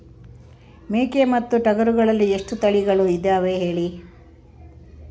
ಮೇಕೆ ಮತ್ತು ಟಗರುಗಳಲ್ಲಿ ಎಷ್ಟು ತಳಿಗಳು ಇದಾವ ಹೇಳಿ?